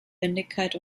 wendigkeit